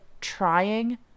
trying